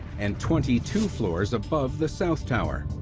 and twenty two floors above the south tower.